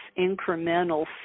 incremental